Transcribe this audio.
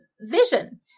Vision